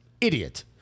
idiot